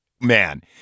man